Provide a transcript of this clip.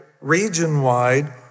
region-wide